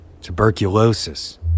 Tuberculosis